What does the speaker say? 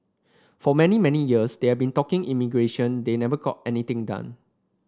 for many many years they had been talking immigration they never got anything done